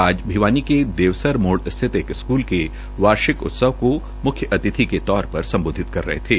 श्री दलाल आज भिवानी के देवसर मोड़ स्थित एक स्कूल के वार्षिक उत्सव को मुख्य अतिथि के संबोधित कर रहे थे